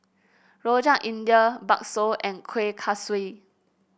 Rojak India bakso and Kueh Kaswi